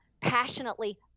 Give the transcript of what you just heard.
passionately